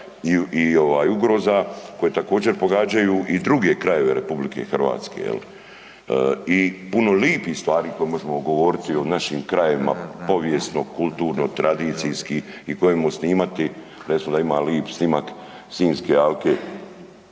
i ugroza koje također pogađaju i druge krajeve RH, jel, i puno lijepih stvari koje može govoriti o našim krajevima, povijesno, kulturno, tradicijski i koje možemo snimati, recimo da ima lijep snimak Sinjske alke,